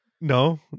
no